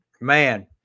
Man